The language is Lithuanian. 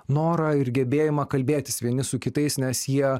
norą ir gebėjimą kalbėtis vieni su kitais nes jie